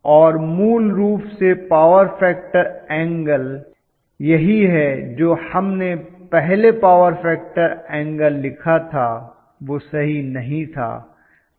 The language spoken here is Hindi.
और मूल रूप से पावर फैक्टर एंगल यही है जो हमने पहले पावर फैक्टर एंगल लिखा था वह सही नहीं था